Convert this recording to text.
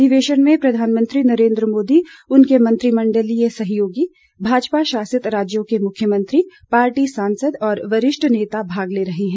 अधिवेशन में प्रधानमंत्री नरेन्द्र मोदी उनके मंत्रिमंडलीय सहयोगी भाजपा शासित राज्यों के मुख्यमंत्री पार्टी सांसद और वरिष्ठ नेता भाग ले रहे हैं